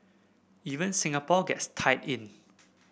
even Singapore gets tied in